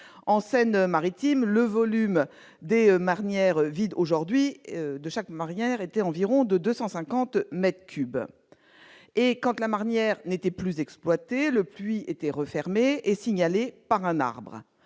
En Seine-Maritime, le volume de chaque marnière vide était environ de 250 mètres cubes. Quand la marnière n'était plus exploitée, le puits était refermé et signalé par un arbre.